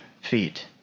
feet